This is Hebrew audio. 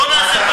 לא נעשה,